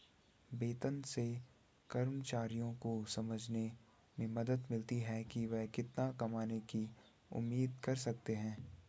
वेतन से कर्मचारियों को समझने में मदद मिलती है कि वे कितना कमाने की उम्मीद कर सकते हैं